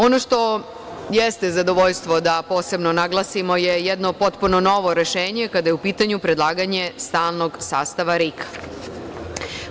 Ono što jeste zadovoljstvo, da posebno naglasimo, je jedno potpuno novo rešenje kada je u pitanju stalnog sastava RIK-a.